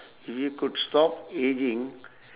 you could stop ageing